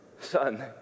son